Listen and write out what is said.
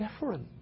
different